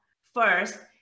first